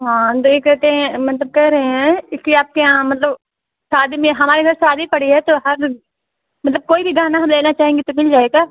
हाँ हम तो ये कहते हैं मतलब कह रहे हैं कि आपके यहाँ मतलब शादी में हमारे घर शादी पड़ी है तो हर मतलब कोई भी गहना हम लेना चाहेंगे तो मिल जाएगा